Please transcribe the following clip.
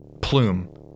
plume